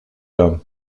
l’homme